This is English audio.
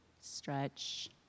stretch